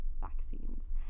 vaccines